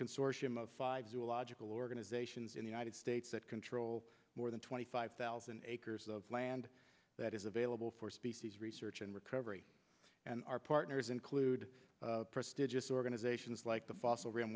consortium of five zoological organizations in the united states that control more than twenty five thousand acres of land that is available for species research and recovery and our partners include prestigious organizations like the b